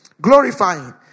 glorifying